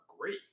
great